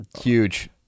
huge